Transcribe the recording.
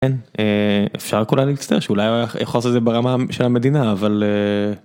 אפשר כולה להצטער אולי איך עושה זה ברמה של המדינה אבל.